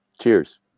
Cheers